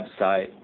website